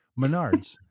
Menards